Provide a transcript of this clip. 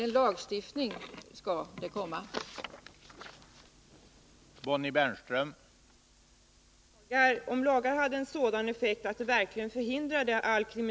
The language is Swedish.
Men jag skall medverka till att en lagstiftning kommer till.